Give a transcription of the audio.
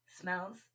Smells